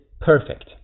perfect